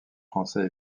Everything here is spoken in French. français